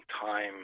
time